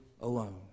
alone